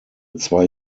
zwei